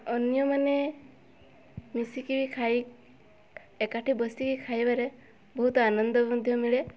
ଅନ୍ୟମାନେ ମିଶିକରି ବି ଖାଇ ଏକାଠି ବସି ଖାଇବାରେ ବହୁତ ଆନନ୍ଦ ମଧ୍ୟ ମିଳେ